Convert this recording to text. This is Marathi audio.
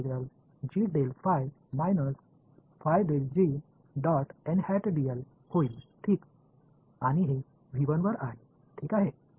आणि हे होईल ठीक आणि हे वर आहे ठीक आहे